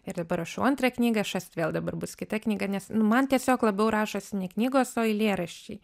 ir dabar rašau antrą knygą ir šast vėl dabar bus kita knyga nes man tiesiog labiau rašosi ne knygos o eilėraščiai